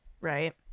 right